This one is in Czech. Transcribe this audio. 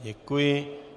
Děkuji.